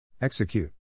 Execute